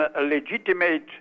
legitimate